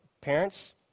Parents